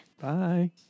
Bye